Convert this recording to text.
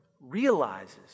realizes